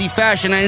fashion